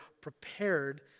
prepared